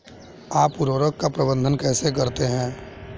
आप उर्वरक का प्रबंधन कैसे करते हैं?